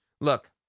Look